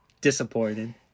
disappointed